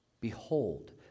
Behold